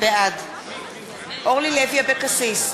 בעד אורלי לוי אבקסיס,